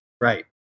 Right